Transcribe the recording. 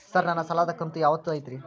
Sir ನನ್ನ ಸಾಲದ ಕಂತು ಯಾವತ್ತೂ ಐತ್ರಿ?